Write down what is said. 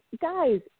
guys